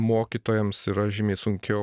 mokytojams yra žymiai sunkiau